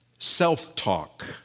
Self-talk